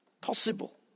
possible